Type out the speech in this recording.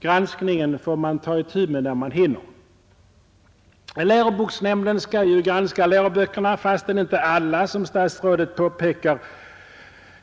Granskningen får man ta itu med när man hinner. Läroboksnämnden skall ju granska läroböckerna, men inte alla, som statsrådet påpekar.